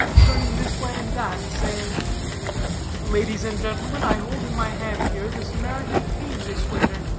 turning this way and that, saying ladies and gentlemen, i hold in my hand here the samaritan pain dissuader,